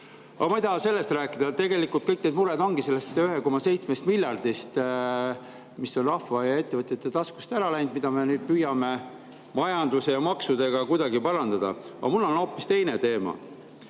Aga ma ei taha sellest rääkida. Tegelikult kõik need mured ongi selle 1,7 miljardi tõttu, mis on rahva ja ettevõtjate taskust ära läinud, mida me püüame nüüd majanduse ja maksudega kuidagi parandada. Aga mul on hoopis teine teema.